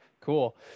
cool